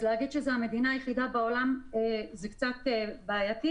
אז לומר שזו המדינה היחידה בעולם, זה קצת בעייתי.